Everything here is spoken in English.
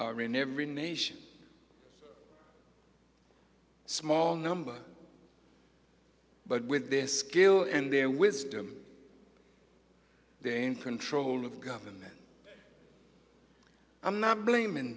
i mean every nation small number but with this skill and their wisdom they're in control of government i'm not blaming